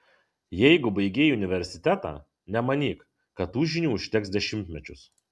jeigu baigei universitetą nemanyk kad tų žinių užteks dešimtmečius